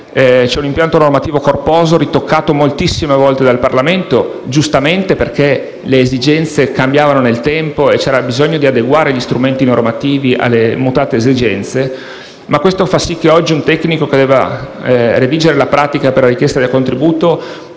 su un impianto normativo corposo, ritoccato moltissime volte dal Parlamento, giustamente, perché le esigenze cambiavano nel tempo e c'era bisogno di adeguare gli strumenti normativi. Questo fa sì che oggi un tecnico che debba redigere la pratica per la richiesta del contributo